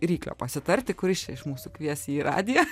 ryklio pasitarti kuris čia iš mūsų kvies jį į radiją